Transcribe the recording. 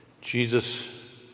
Jesus